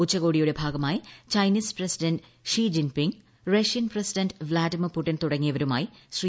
ഉച്ചകോടിയുടെ ഭാഗമായി Chinese president Xi Jinping Russian president Vladimir Putin തുടങ്ങിയവരുമായി ശ്രീ